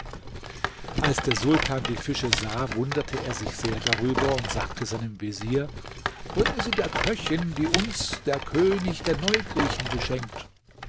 als der sultan die fische sah wunderte er sich sehr darüber und sagte seinem vezier bringe sie der köchin die uns der könig der neugriechen geschenkt